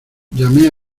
llamé